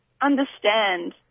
understand